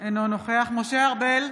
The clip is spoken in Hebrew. אינו נוכח משה ארבל,